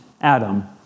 Adam